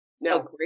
Now